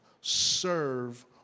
serve